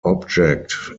object